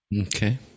Okay